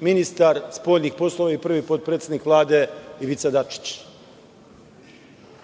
ministar spoljnih poslova i prvi potpredsednik Vlade Ivica